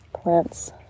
plants